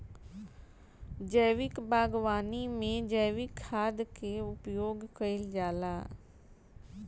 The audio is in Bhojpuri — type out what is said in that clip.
जैविक बागवानी में जैविक खाद कअ उपयोग कइल जाला